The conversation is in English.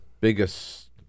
biggest